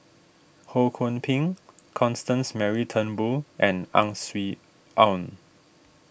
Ho Kwon Ping Constance Mary Turnbull and Ang Swee Aun